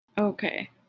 okay